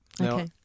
Okay